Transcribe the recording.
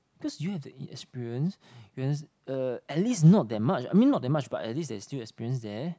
because you have the inexperience whereas uh at least not that much I mean not that much but at least there is still experience there